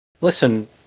listen